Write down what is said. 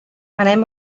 anem